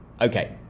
Okay